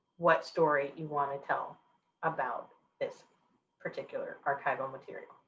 what story you want to tell about this particular archival material.